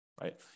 right